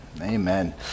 Amen